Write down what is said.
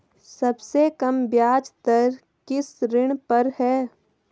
सबसे कम ब्याज दर किस ऋण पर है?